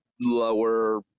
lower